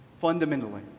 fundamentally